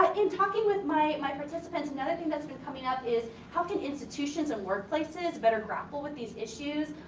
but in talking with my my participants another thing that's been coming up is, how can institutions and work places better grapple with these issues?